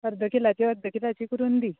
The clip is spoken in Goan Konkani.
अर्द किलाचीं अर्द किलाचीं करून दी